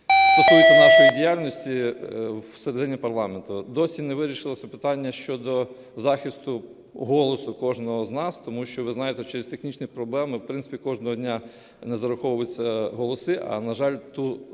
стосується нашої діяльності всередині парламенту: досі не вирішилося питання щодо захисту голосу кожного з нас, тому що ви знаєте, через технічні проблеми, в принципі, кожного дня не зараховуються голоси, а на жаль, той